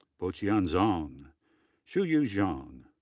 botian zhang, shuyu zhang,